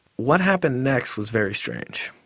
what happened next was very strange.